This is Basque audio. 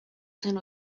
zen